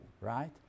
right